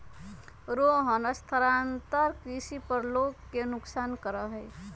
रोहन स्थानांतरण कृषि पर लोग के नुकसान करा हई